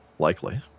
Likely